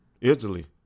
Italy